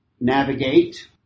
navigate